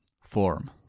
form